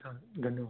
हां धन्यवाद